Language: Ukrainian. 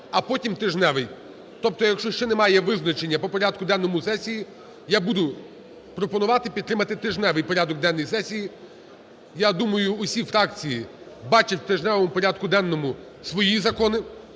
а потім тижневий. Тобто, якщо ще немає визначення по порядку денному сесії, я буду пропонувати підтримати тижневий порядок денний сесії. Я думаю всі фракції бачать в тижневому порядку денному свої закони,